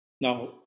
Now